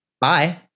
Bye